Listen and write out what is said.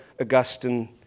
Augustine